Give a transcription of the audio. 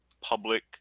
public